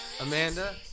Amanda